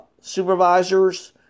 supervisors